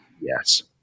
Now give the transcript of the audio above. Yes